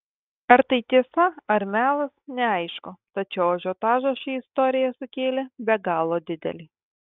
ar tai tiesa ar melas neaišku tačiau ažiotažą ši istorija sukėlė be galo didelį